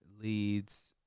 leads